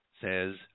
says